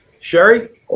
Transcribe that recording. Sherry